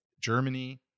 Germany